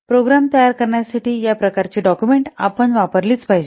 program तयार करण्यासाठी या प्रकारची डाक्युमेंट आपण वापरलीच पाहिजेत